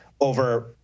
over